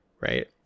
right